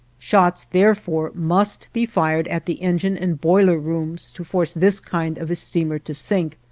shots therefore must be fired at the engine and boiler rooms to force this kind of a steamer to sink.